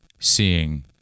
seeing